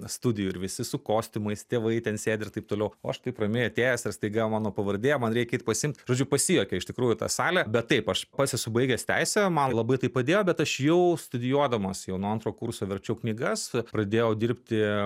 studijų ir visi su kostiumais tėvai ten sėdi ir taip toliau o aš taip ramiai atėjęs ir staiga mano pavardė man reikia jį pasiimti žodžiu pasijuokė iš tikrųjų ta salė bet taip aš pats esu baigęs teisę man labai padėjo bet aš jau studijuodamas jau nuo antro kurso verčiau knygas pradėjau dirbti